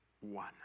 one